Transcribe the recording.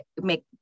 make